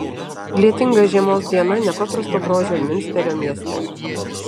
lietinga žiemos diena nepaprasto grožio miunsterio mieste